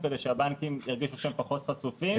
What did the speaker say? כדי שהבנקים ירגישו שהם פחות חשופים,